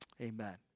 Amen